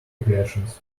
regressions